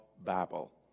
Babel